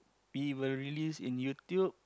we will release in YouTube